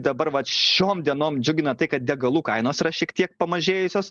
dabar vat šiom dienom džiugina tai kad degalų kainos yra šiek tiek pamažėjusios